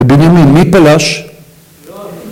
‫בנימין, מי פלש?